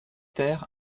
ter